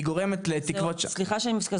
היא גורמת לתקוות --- סליחה שאני אומרת,